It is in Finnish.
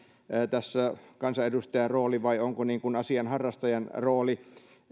onko kansanedustajan rooli vai asianharrastajan rooli